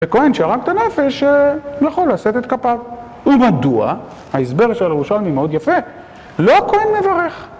וכהן שרק את הנפש, הוא יכול לעשות את כפיו. ומדוע? ההסבר של הראשון הוא מאוד יפה, לא הכהן מברך.